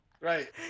Right